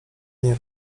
nie